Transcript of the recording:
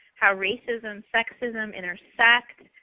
how racism, sexism in our sects.